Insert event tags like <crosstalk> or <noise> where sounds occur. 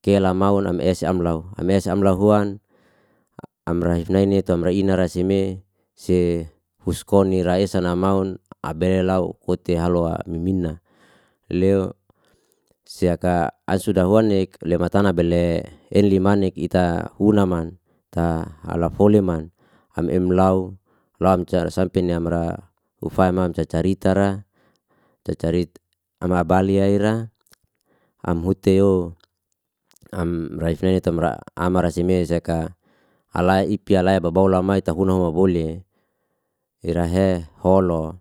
kela maun am ese lau. Am es am lau huan, am raif ni tu am raina tu raseme si huskoni raesa na maun, abele lau ote halu <hesitation> mimina. Leu sia ka, asuda honek lematana bele eli manik ita hunaman, ita foliman am em lau, lau amca sampi ni amra ufai mam cacarita ra <hesitation> amra balia ira am huteyo am raif neni tu amra ama rasi me saka ala ipi alai babau lamai tahuna hua boli ira he holo.